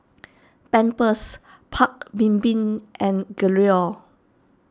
Pampers Paik's Bibim and Gelare